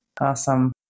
Awesome